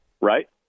Right